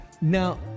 Now